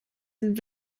sind